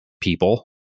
people